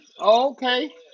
Okay